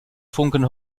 funken